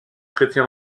traités